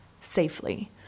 safely